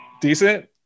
Decent